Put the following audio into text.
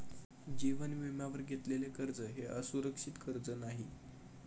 जीवन विम्यावर घेतलेले कर्ज हे असुरक्षित कर्ज नाही